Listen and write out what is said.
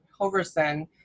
Hoverson